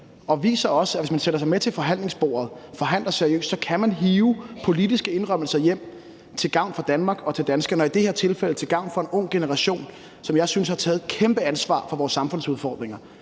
det viser også, at hvis man sætter sig ved forhandlingsbordet og er med og forhandler seriøst, kan man hive politiske indrømmelser hjem til gavn for Danmark og for danskerne – og i det her tilfælde til gavn for en ung generation, som jeg synes har taget et kæmpe ansvar for vores samfundsudfordringer,